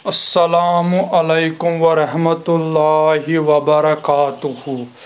اسلام علیکم ورحمتہ اللہ وبرکاتہ